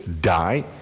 die